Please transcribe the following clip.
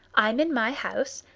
i'm in my house,